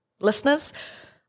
Listeners